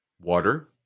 water